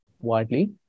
widely